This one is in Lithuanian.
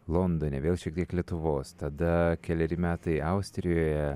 londone vėl šiek tiek lietuvos tada keleri metai austrijoje